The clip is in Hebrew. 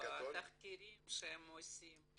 בתחקירים שהם עושים.